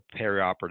perioperative